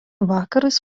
vakarus